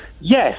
Yes